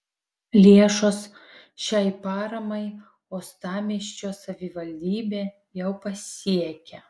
lėšos šiai paramai uostamiesčio savivaldybę jau pasiekė